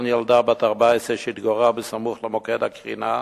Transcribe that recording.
ילדה בת 14 שהתגוררה בסמוך למוקד הקרינה,